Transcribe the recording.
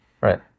Right